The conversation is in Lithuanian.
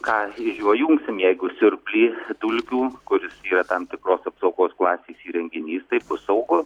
ką iš jo jungsime jeigu siurblį dulkių kuris yra tam tikros apsaugos klasės įrenginys tai bus saugu